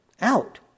out